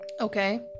okay